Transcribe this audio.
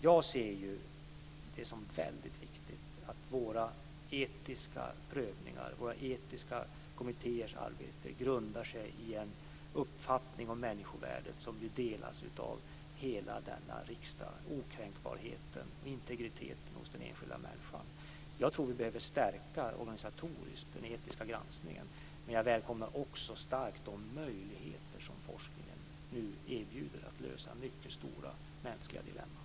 Jag ser det som väldigt viktigt att våra etiska prövningar, våra etiska kommittéers arbete, grundar sig i den uppfattning om människovärdet som delas av hela denna riksdag - okränkbarheten, integriteten hos den enskilda människan. Jag tror att vi behöver stärka den etiska granskningen organisatoriskt, men jag välkomnar också starkt de möjligheter som forskningen nu erbjuder att lösa mycket stora mänskliga dilemman.